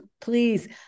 please